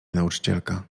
nauczycielka